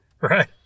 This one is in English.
Right